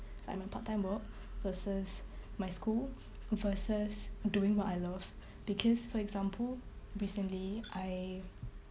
like my part time work versus my school versus doing what I love because for example recently I